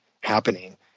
happening